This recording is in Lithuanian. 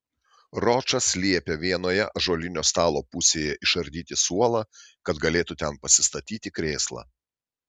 ročas liepė vienoje ąžuolinio stalo pusėje išardyti suolą kad galėtų ten pasistatyti krėslą